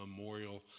memorial